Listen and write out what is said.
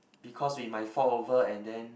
because we might fall over and then